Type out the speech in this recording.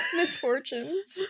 misfortunes